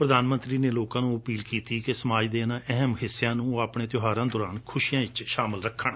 ਪ੍ਰਧਾਨ ਮੰਤਰੀ ਨੇ ਲੋਕਾਂ ਨੂੰ ਅਪੀਲ ਕੀਤੀ ਕਿ ਸਮਾਜ ਦੇ ਇਨੁਾਂ ਅਹਿਮ ਹਿੱਸਿਆਂ ਨੂੰ ਉਹ ਆਪਣੇ ਤਿਓਹਾਰਾਂ ਦੌਰਾਨ ਖੁਸ਼ੀਆਂ ਵਿਚ ਸ਼ਾਮਲ ਰੱਖਣ